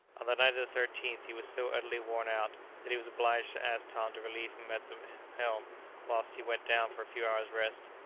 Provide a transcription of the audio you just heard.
on the night of the thirteenth, he was so utterly worn-out that he was obliged to ask tom to relieve him at the helm whilst he went down for a few hours' rest.